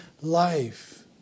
life